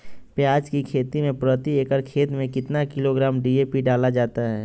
प्याज की खेती में प्रति एकड़ खेत में कितना किलोग्राम डी.ए.पी डाला जाता है?